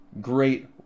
Great